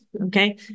Okay